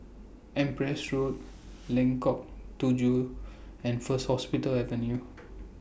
Empress Road Lengkong Tujuh and First Hospital Avenue